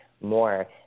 more